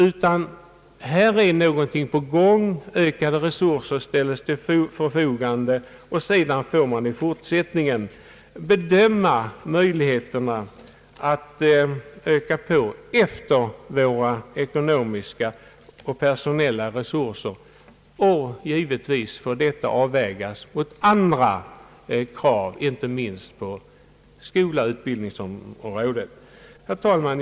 Här är i stället någonting på gång: ökade resurser ställs till förfogande. Sedan får man bedöma möjligheterna att öka i takt med våra ekonomiska och personella resurser. Givetvis får man avväga mot andra krav, inte minst på skoloch utbildningsområdet. Herr talman!